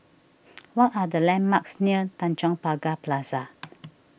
what are the landmarks near Tanjong Pagar Plaza